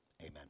amen